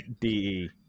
DE